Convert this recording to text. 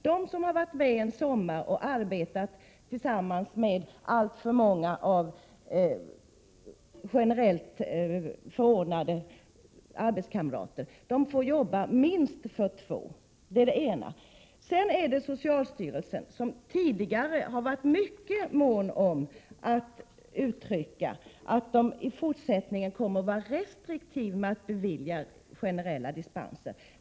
Den som har varit med en sommar och arbetat tillsammans med alltför många arbetskamrater som har varit generellt förordnade vet att man får jobba minst för två. Socialstyrelsen har tidigare varit mycket mån om att uttrycka att man i fortsättningen kommer att vara restriktiv med att bevilja generella dispenser.